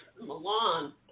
Milan